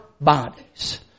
bodies